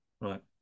Right